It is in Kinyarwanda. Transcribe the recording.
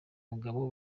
mugabo